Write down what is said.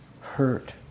hurt